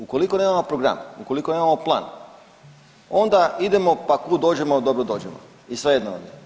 Ukoliko nemamo program, ukoliko nemamo plan, onda idemo pa kud dođemo da dođemo i svejedno vam je.